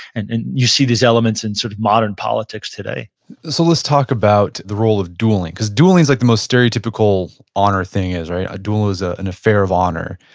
and and you see these elements in sort of modern politics today so let's talk about the role of dueling, because dueling's like the most stereotypical honor thing, right? a duel is ah an affair of honor.